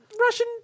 Russian